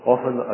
Often